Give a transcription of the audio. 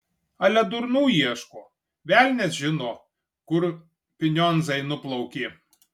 ale durnų ieško velnias žino kur pinionzai nuplaukė